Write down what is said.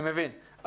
אני מבין.